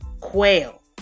Quail